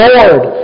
Lord